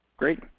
Great